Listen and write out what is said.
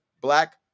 black